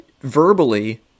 verbally